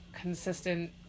consistent